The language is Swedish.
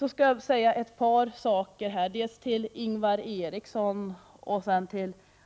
Jag skall även säga några saker till Ingvar Eriksson och